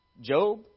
Job